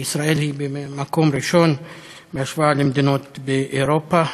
שישראל היא במקום הראשון בהשוואה למדינות באירופה.